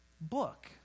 book